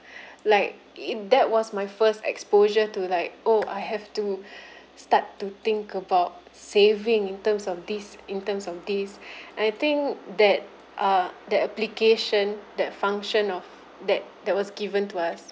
like it that was my first exposure to like oh I have to start to think about saving in terms of this in terms of this and I think that uh that application that function of that that was given to us